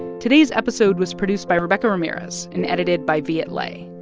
today's episode was produced by rebecca ramirez and edited by viet le.